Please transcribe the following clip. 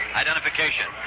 identification